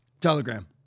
Telegram